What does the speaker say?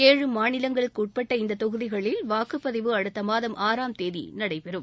ஏழு மாநிலங்களுக்குட்பட்ட இந்த தொகுதிகளில் வாக்குப்பதிவு அடுத்த மாதம் ஆறாம் தேதி நடைபெறும்